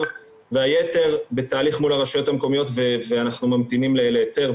והיתר בתהליך מול הרשויות המקומיות ואנחנו ממתינים להיתר.